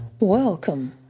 welcome